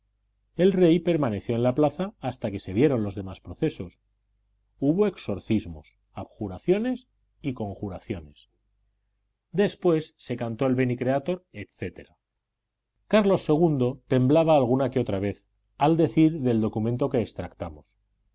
el rey permaneció en la plaza hasta que se vieron los demás procesos hubo exorcismos abjuraciones y conjuraciones después se cantó el veni creator etc carlos ii temblaba alguna vez que otra al decir del documento que extractamos